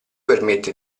permette